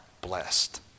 blessed